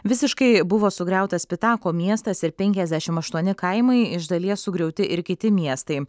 visiškai buvo sugriautas pitako miestas ir penkiasdešimt aštuoni kaimai iš dalies sugriauti ir kiti miestai